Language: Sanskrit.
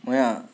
मया